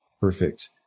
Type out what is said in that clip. Perfect